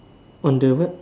on the what